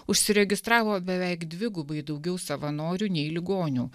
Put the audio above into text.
užsiregistravo beveik dvigubai daugiau savanorių nei ligonių